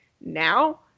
now